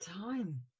time